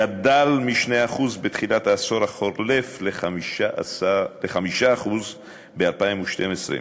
גדל מ-2% בתחילת העשור החולף ל-5% ב-2012.